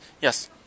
Yes